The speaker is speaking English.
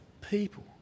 people